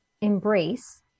embrace